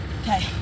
Okay